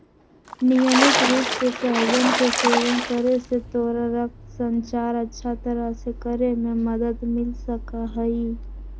नियमित रूप से सहजन के सेवन करे से तोरा रक्त संचार अच्छा तरह से करे में मदद मिल सका हई